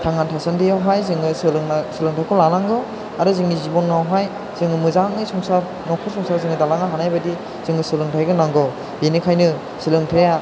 थांना थासान्दियाव हाय जोङो सोलोंना सोलोंथाइखौ लानांगौ आरो जोंनि जिबनावहाय जोङो मोजाङै संसार नखर संसार जोङो दालांनो हानाय बायदि जोंनो सोलोंथाइखौ नांगौ बेनिखायनो सोलोंथाइया